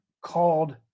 called